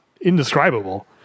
indescribable